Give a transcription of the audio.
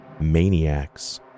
maniacs